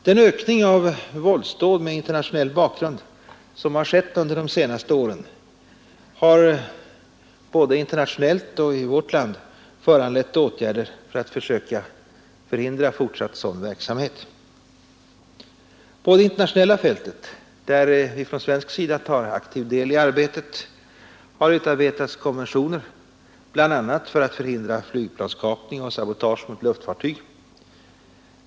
Den ökning av våldsdåd med internationell bakgrund som har skett under senare år har såväl internationellt som inom vårt land föranlett åtgärder för att söka förhindra sådan verksamhet. På det internationella fältet, där Sverige tar aktiv del i arbetet, har utarbetats konventioner, bl.a. till förhindrande av flygplanskapning och sabotage mot luftfartyg.